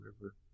river